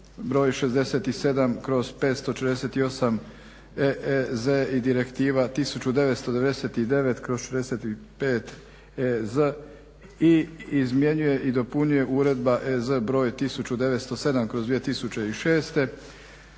broj 67/548 EEZ i Direktiva 1999/65 EEZ i izmjenjuje i dopunjuje Uredba EZ broj 1907/2006.